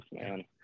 man